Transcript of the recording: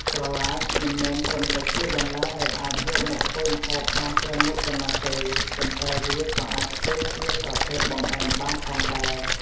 ត្រឡាចមិនមែនត្រឹមតែជាបន្លែដែលអាចយកមកធ្វើម្ហូបបានច្រើនមុខប៉ុណ្ណោះទេ ប៉ុន្តែវាក៏អាចធ្វើជាប្រភេទបង្អែមបានផងដែរ។